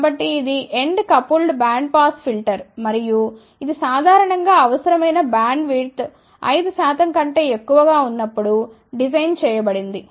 కాబట్టి ఇది end coupled bandpass filter మరియు ఇది సాధారణం గా అవసరమైన బ్యాండ్విడ్త్ 5 శాతం కంటే తక్కువగా ఉన్నప్పుడు డిజైన్ చేయబడింది